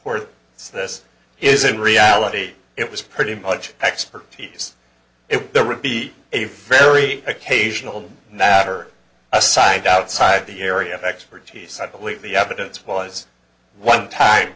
so this is in reality it was pretty much expertise if there would be a very occasional natter aside outside the area of expertise i believe the evidence was one time